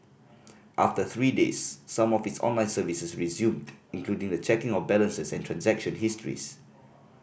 after three days some of its online services resumed including the checking of balances and transaction histories